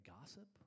gossip